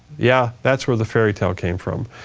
yeah, that's where the fairy tale came from.